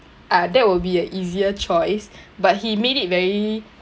ah that will be a easier choice but he made it very